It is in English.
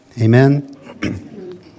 Amen